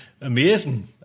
amazing